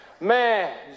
man